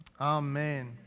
Amen